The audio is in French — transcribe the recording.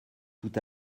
tout